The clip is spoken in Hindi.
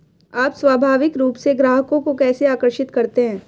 आप स्वाभाविक रूप से ग्राहकों को कैसे आकर्षित करते हैं?